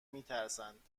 میترسند